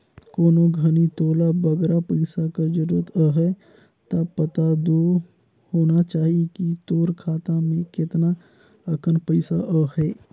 कोनो घनी तोला बगरा पइसा कर जरूरत अहे ता पता दो होना चाही कि तोर खाता में केतना अकन पइसा अहे